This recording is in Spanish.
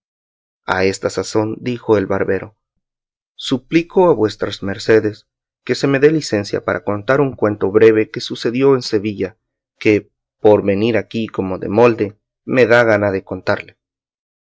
a esta sazón dijo el barbero suplico a vuestras mercedes que se me dé licencia para contar un cuento breve que sucedió en sevilla que por venir aquí como de molde me da gana de contarle